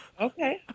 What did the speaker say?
okay